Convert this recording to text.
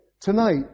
Tonight